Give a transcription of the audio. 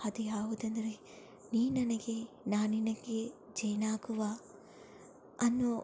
ಅದು ಯಾವುದೆಂದರೆ ನೀ ನನಗೆ ನಾ ನಿನಗೆ ಜೇನಾಗುವ ಅನ್ನೋ